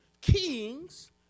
kings